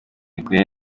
imikorere